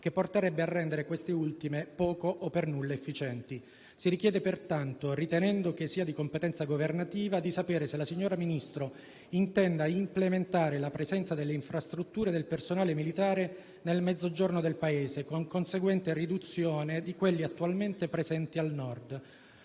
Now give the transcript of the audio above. che porterebbe a rendere queste ultime poco o per nulla efficienti. Si richiede, pertanto, ritenendo che sia di competenza governativa, di sapere se il signor Ministro intenda implementare la presenza delle infrastrutture del personale militare nel Mezzogiorno del Paese, con conseguente riduzione di quelle attualmente presenti al Nord,